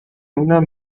اونم